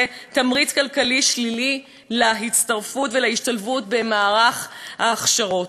תמריץ כלכלי שלילי להצטרפות ולהשתלבות במערך ההכשרות.